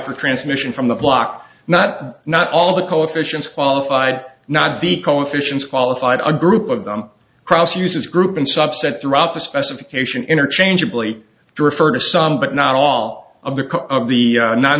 for transmission from the block not not all the coefficients qualified not the coefficients qualified a group of them cross users group and subset throughout the specification interchangeably refer to some but not all of the of the